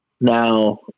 Now